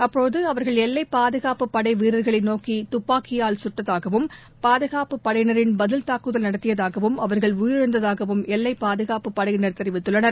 அப்போதுஅவர்கள் எல்லைப் பாதுகாப்புப் படைவீரர்களைநோக்கிதுப்பாக்கியால் கட்டதாகவும் பாதுகாப்புப் படையினரின் பதில் தாக்குதலில் அவர்கள் உயிரிழந்ததாகவும் எல்லைபாதுகாப்புப் படையினர் தெரிவித்துள்ளனர்